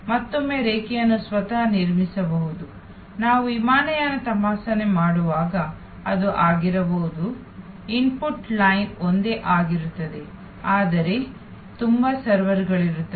ಮತ್ತೊಮ್ಮೆ ರೇಖೆಯನ್ನು ಸ್ವತಃ ನಿರ್ಮಿಸಬಹುದು ನಾವು ವಿಮಾನಯಾನ ತಪಾಸಣೆ ಮಾಡುವಾಗ ಅದು ಆಗಿರಬಹುದು ಇನ್ಪುಟ್ ಲೈನ್ ಒಂದೇ ಆಗಿರುತ್ತದೆ ಆದರೆ ತುಂಬಾ ಸರ್ವರ್ ಗಳಿರುತ್ತವೆ